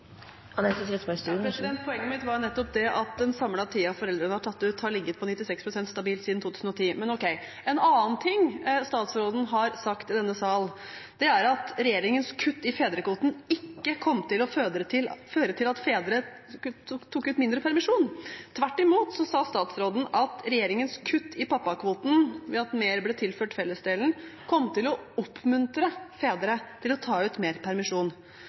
foreldrene sine. Poenget mitt var jo nettopp at den samlede tiden foreldrene har tatt ut, har ligget stabilt på 96 pst. siden 2010. En annen ting statsråden har sagt i denne sal, er at regjeringens kutt i fedrekvoten ikke kom til å føre til at fedre tok ut mindre permisjon. Tvert imot sa statsråden at regjeringens kutt i pappakvoten ved at mer ble tilført fellesdelen, kom til å oppmuntre fedre til å ta ut mer permisjon.